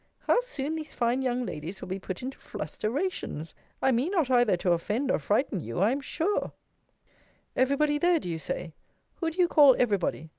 how soon these fine young ladies will be put into flusterations i mean not either to offend or frighten you, i am sure every body there, do you say who do you call every body?